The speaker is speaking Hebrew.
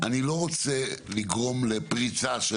אני לא רוצה לגרום לפריצה של